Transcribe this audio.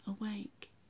awake